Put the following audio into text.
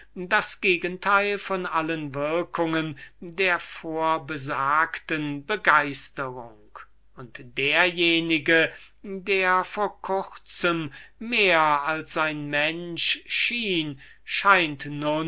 das gegenteil von allen würkungen jener begeisterung wovon wir geredet haben und derjenige der vor kurzem mehr als ein mensch schien scheint